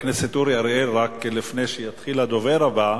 חבר הכנסת אורי אריאל, רק לפני שיתחיל הדובר הבא,